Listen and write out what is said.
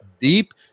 deep